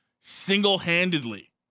single-handedly